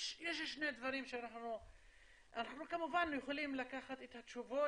אנחנו כמובן יכולים לקחת את התשובות